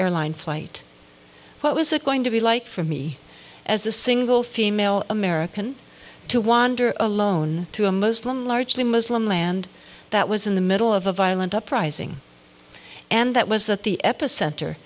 airline flight what was it going to be like for me as a single female american to wander alone to a muslim largely muslim land that was in the middle of a violent uprising and that was that the epicenter